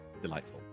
Delightful